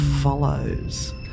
follows